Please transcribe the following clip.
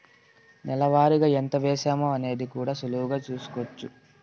నెల వారిగా ఎంత వేశామో అనేది కూడా సులువుగా చూస్కోచ్చు